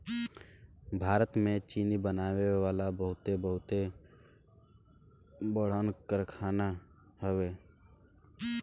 भारत में चीनी बनावे वाला बहुते बड़हन बड़हन कारखाना हवे